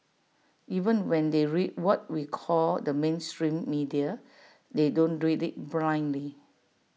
even when they read what we call the mainstream media they don't read IT blindly